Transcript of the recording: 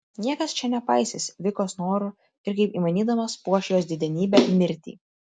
niekas čia nepaisys vikos norų ir kaip įmanydamas puoš jos didenybę mirtį